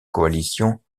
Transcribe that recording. coalition